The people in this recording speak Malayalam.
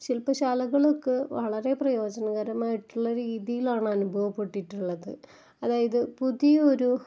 ശില്പ്പശാലകൾക്ക് വളരെ പ്രയോജനകരമായിട്ടുള്ള രീതിയിലാണ് അനുഭവപ്പെട്ടിട്ടുള്ളത് അതായത് പുതിയ ഒരു